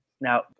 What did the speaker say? Now